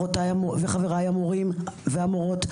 וחבריי המורים והמורות,